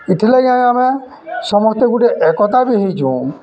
ଇଥିର୍ଲାଗି ଆମେ ଆମେ ସମସ୍ତେ ଗୁଟେ ଏକତା ବି ହେଇଚୁଁ